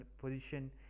position